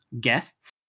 Guests